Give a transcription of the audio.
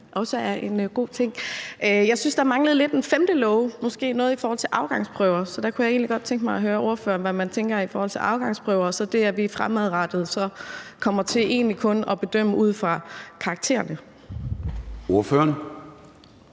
Jeg synes, at der manglede lidt en femte låge, måske noget i forhold til afgangsprøver. Så der kunne jeg egentlig godt tænke mig at høre ordføreren, hvad man tænker i forhold til afgangsprøver og det, at vi fremadrettet egentlig kun kommer til at bedømme ud fra karaktererne. Kl.